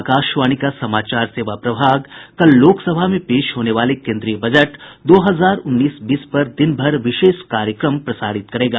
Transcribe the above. आकाशवाणी का समाचार सेवा प्रभाग कल लोकसभा में पेश होने वाले केन्द्रीय बजट दो हजार उन्नीस बीस पर दिनभर विशेष कार्यक्रम प्रसारित करेगा